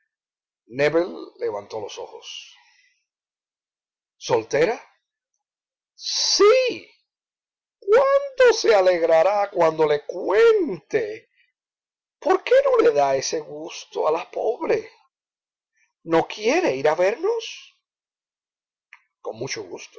levantó los ojos soltera sí cuánto se alegrará cuando le cuente por qué no le da ese gusto a la pobre no quiere ir a vernos con mucho